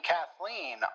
Kathleen